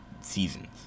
seasons